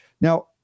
Now